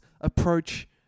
approach